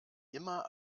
immer